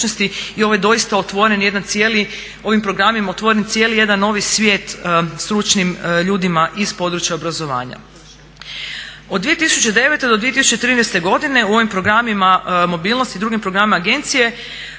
ovaj programima otvoren jedan cijeli novi svijet stručnim ljudima iz područja obrazovanja. Od 2009.do 2013.godine u ovim programima mobilnosti i drugim programima agencija